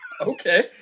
Okay